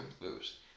lose